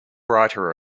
writer